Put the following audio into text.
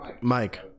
Mike